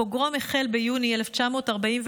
הפוגרום החל ביוני 1941,